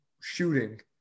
shooting